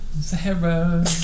Sahara